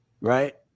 Right